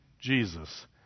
Jesus